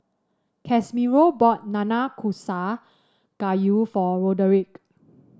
Casimiro bought Nanakusa Gayu for Roderick